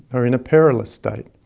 are in a perilous state.